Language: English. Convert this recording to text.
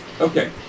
Okay